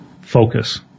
Focus